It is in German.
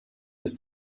ist